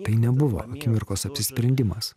tai nebuvo akimirkos apsisprendimas